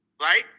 right